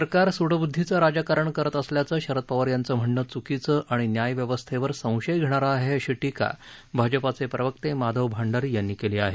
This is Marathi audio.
सरकार सुडबृध्दीचं राजकारण करीत असल्याचं शऱद पवार यांचं म्हणणं चुकीचं आणि न्याय व्यवस्थेवर संशय घेणारं आहे अशी टीका भाजपाचे प्रवक्ते माधव भंडारी यांनी केली आहे